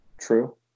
True